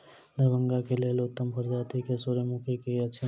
दरभंगा केँ लेल उत्तम प्रजाति केँ सूर्यमुखी केँ अछि?